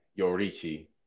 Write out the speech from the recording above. Yorichi